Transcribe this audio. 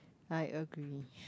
I agree